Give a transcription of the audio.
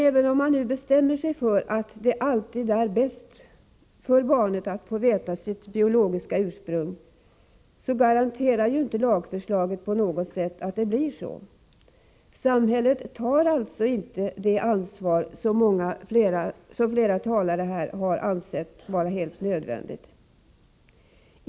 Även om man nu bestämmer sig för att det alltid är bäst för barnet att få veta sitt biologiska ursprung, garanterar inte lagförslaget på något sätt att det blir så. Samhället tar alltså inte det ansvar som flera talare anser helt nödvändigt.